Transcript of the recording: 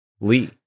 Lee